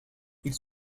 ils